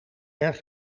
erg